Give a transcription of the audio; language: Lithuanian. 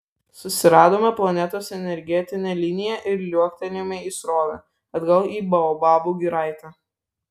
susiradome planetos energetinę liniją ir liuoktelėjome į srovę atgal į baobabų giraitę